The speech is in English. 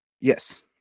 Yes